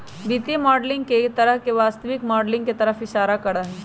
वित्तीय मॉडलिंग एक तरह से वास्तविक माडलिंग के तरफ इशारा करा हई